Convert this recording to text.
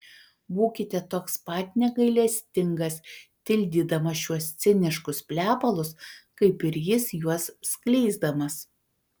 būkite toks pat negailestingas tildydamas šiuos ciniškus plepalus kaip ir jis juos skleisdamas